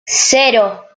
cero